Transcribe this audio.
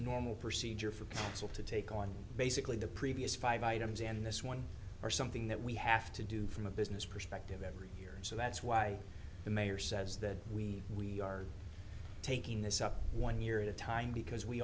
normal procedure for council to take on basically the previous five items and this one are something that we have to do from a business perspective every year so that's why the mayor says that we we are taking this up one year at a time because we